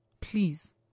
Please